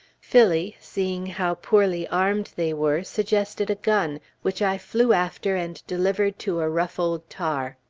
phillie, seeing how poorly armed they were, suggested a gun, which i flew after and delivered to a rough old tar.